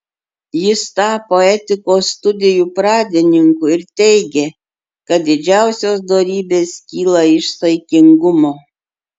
jis tapo etikos studijų pradininku ir teigė kad didžiausios dorybės kyla iš saikingumo